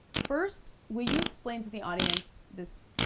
first, will you explain to the audience this,